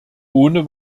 ohne